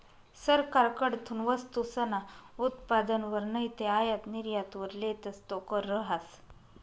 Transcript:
सरकारकडथून वस्तूसना उत्पादनवर नैते आयात निर्यातवर लेतस तो कर रहास